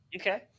Okay